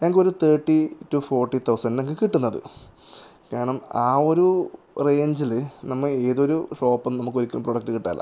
ഞങ്ങൾക്കൊരു thirty to forty തൗസൻൻറ്റിനൊക്കെ കിട്ടുന്നത് ഞാനും ആ ഒരു റേഞ്ചില് നമ്മൾ ഏതൊരു ഷോപ്പിൽ നിന്ന് നമുക്കൊരിക്കലും പ്രോഡക്റ്റ് കിട്ടാറില്ല